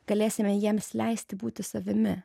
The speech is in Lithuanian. galėsime jiems leisti būti savimi